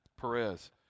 Perez